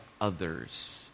others